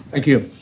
thank you.